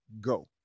go